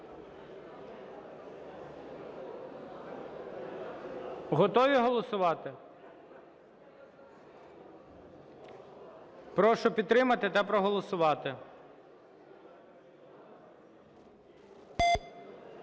Готові голосувати? Прошу підтримати та проголосувати.